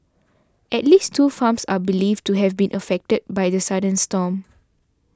at least two farms are believed to have been affected by the sudden storm